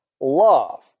love